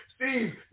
Steve